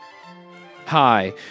Hi